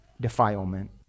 defilement